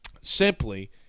simply –